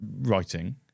writing